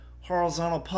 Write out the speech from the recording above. horizontal